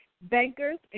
bankers